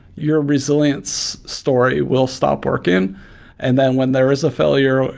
your resilience story will stop working. and then when there is a failure,